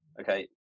okay